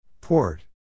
Port